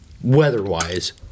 weather-wise